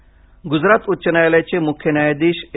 निधन गुजरात उच्च न्यायालयाचे मुख्य न्यायाधीश ए